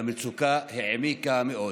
והמצוקה העמיקה מאוד.